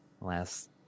last